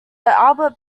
albert